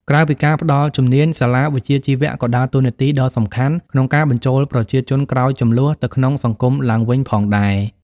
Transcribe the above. ក្រៅពីការផ្តល់ជំនាញ សាលាវិជ្ជាជីវៈក៏ដើរតួនាទីដ៏សំខាន់ក្នុងការបញ្ចូលប្រជាជនក្រោយជម្លោះទៅក្នុងសង្គមឡើងវិញផងដែរ។